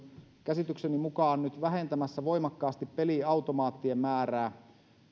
käsitykseni mukaan nyt vähentämässä voimakkaasti peliautomaattien määrää